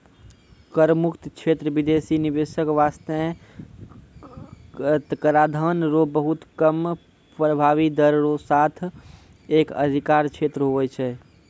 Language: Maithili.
कर मुक्त क्षेत्र बिदेसी निवेशक बासतें कराधान रो बहुत कम प्रभाबी दर रो साथ एक अधिकार क्षेत्र हुवै छै